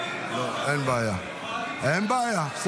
אין בעיה, אין בעיה.